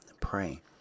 pray